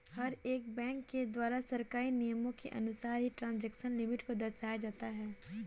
हर एक बैंक के द्वारा सरकारी नियमों के अनुसार ही ट्रांजेक्शन लिमिट को दर्शाया जाता है